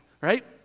right